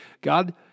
God